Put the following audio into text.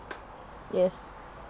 yes